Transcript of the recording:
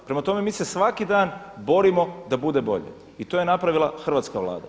Prema tome, mi se svaki dan borimo da bude bolje i to je napravila hrvatska Vlada.